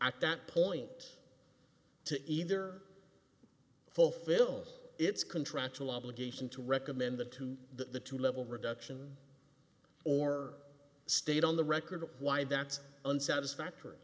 at that point to either fulfill its contractual obligation to recommend that to the two level reduction or stayed on the record of why that's an satisfactory